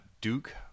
duke